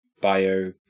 bio